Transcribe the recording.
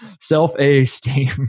Self-esteem